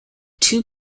two